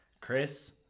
Chris